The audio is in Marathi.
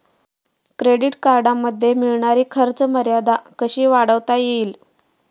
क्रेडिट कार्डमध्ये मिळणारी खर्च मर्यादा कशी वाढवता येईल?